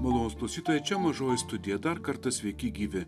malonūs klausytojai čia mažoji studija dar kartą sveiki gyvi